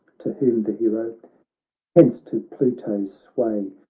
to whom the hero hence to pluto's sway,